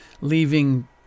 leaving